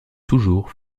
toujours